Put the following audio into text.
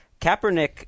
Kaepernick